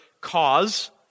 cause